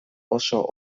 oso